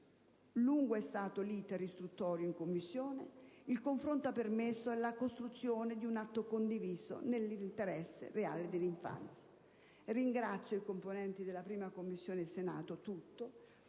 Lungo è stato l'*iter* istruttorio in Commissione. Il confronto ha permesso la costruzione di un atto condiviso nell'interesse reale dell'infanzia. Ringrazio tutti i componenti della 1a Commissione per il lavoro